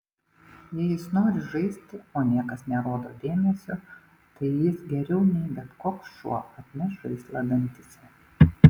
jei jis nori žaisti o niekas nerodo dėmesio tai jis geriau nei bet koks šuo atneš žaislą dantyse